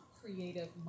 creative